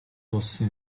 болсон